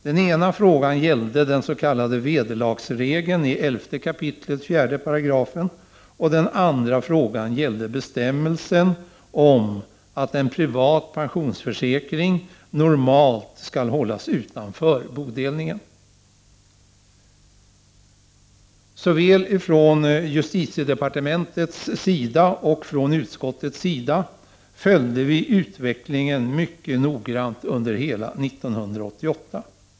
Den ena frågan gällde den s.k. vederlagsregeln i 11 kap. 4§, och den andra frågan gällde bestämmelsen om att en privat pensionsförsäkring normalt skall hållas utanför bodelningen. Såväl från justitiedepartementets sida som från utskottets sida följde vi utvecklingen mycket noggrant under hela 1988.